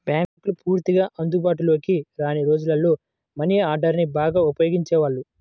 బ్యేంకులు పూర్తిగా అందుబాటులోకి రాని రోజుల్లో మనీ ఆర్డర్ని బాగా ఉపయోగించేవాళ్ళు